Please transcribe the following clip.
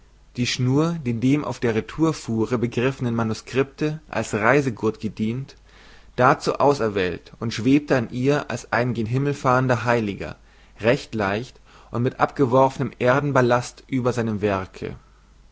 die schnur die dem auf der retourfuhre begriffenen manuscripte als reisegurt gedient dazu auserwählt und schwebte an ihr als ein gen himmel fahrender heiliger recht leicht und mit abgeworfenem erdenballast über seinem werke